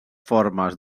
formes